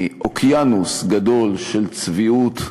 מאוקיינוס גדול של צביעות,